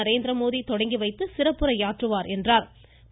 நரேந்திரமோடி தொடங்கி வைத்து சிறப்புரையாற்றுவார் என்றார்